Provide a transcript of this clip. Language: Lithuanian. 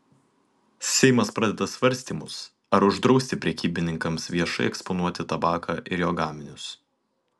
seimas pradeda svarstymus ar uždrausti prekybininkams viešai eksponuoti tabaką ir jo gaminius